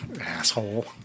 Asshole